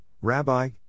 Rabbi